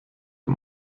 wir